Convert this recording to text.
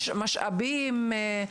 משאבים,